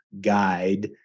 guide